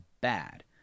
bad